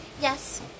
Yes